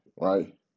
right